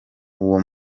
uwo